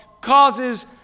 causes